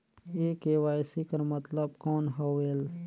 ये के.वाई.सी कर मतलब कौन होएल?